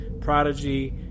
Prodigy